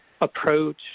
approach